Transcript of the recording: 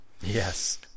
Yes